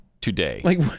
today